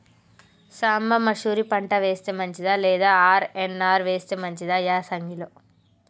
సాంబ మషూరి పంట వేస్తే మంచిదా లేదా ఆర్.ఎన్.ఆర్ వేస్తే మంచిదా యాసంగి లో?